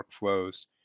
workflows